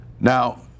Now